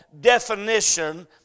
definition